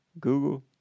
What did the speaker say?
Google